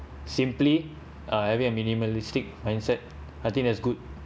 simply uh every and minimalistic mindset I think that's good